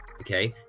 okay